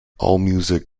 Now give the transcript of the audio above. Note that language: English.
allmusic